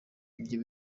ibyo